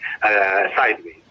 sideways